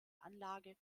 anlage